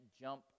jump